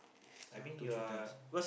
I mean you are